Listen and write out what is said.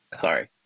Sorry